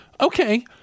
okay